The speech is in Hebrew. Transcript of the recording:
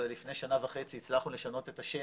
לפני שנה וחצי הצלחנו לשנות את השם,